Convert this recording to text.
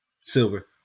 silver